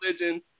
religion